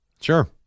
Sure